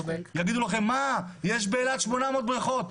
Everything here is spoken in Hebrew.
יגידו לכם שבאילת יש 800 בריכות,